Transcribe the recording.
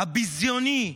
הביזיוני,